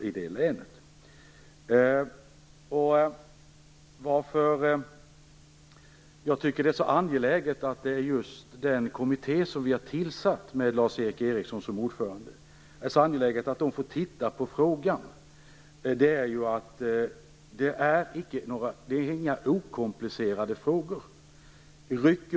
Anledningen till att jag tycker att det är så angeläget att just den kommitté som vi har tillsatt och som har Lars Erik Eriksson som ordförande får titta på frågan är att det inte handlar om okomplicerade frågor.